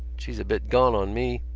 she's a bit gone on me.